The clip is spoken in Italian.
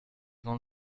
con